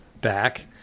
back